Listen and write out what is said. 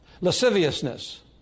Lasciviousness